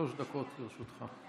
שלוש דקות לרשותך.